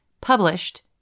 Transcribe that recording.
Published